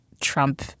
Trump—